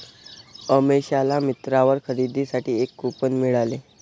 अमिषाला मिंत्रावर खरेदीसाठी एक कूपन मिळाले